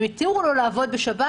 הם התירו לו לעבוד בשבת.